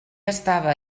estava